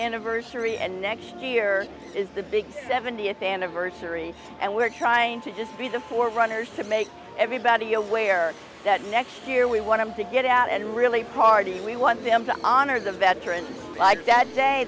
anniversary and next year is the big seventieth anniversary and we're trying to be the four runners to make everybody aware that next year we want to get out and really party we want them to honor the veterans like that day